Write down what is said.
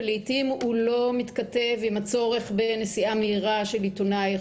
ולעיתים הוא לא מתכתב עם הצורך בנסיעה מהירה של עיתונאי.